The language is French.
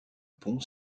pont